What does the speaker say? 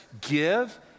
give